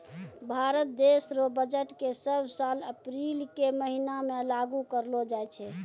भारत देश रो बजट के सब साल अप्रील के महीना मे लागू करलो जाय छै